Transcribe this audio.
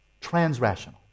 Transrational